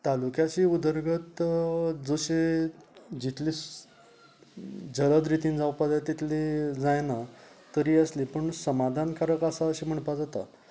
तालूक्याची उदरगत जशे जितले जलद रितीन जावपा जाय तितली जायना तरी आसली पूण समाधानकारक आसा अशे म्हणपा जाता